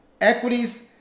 Equities